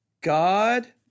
God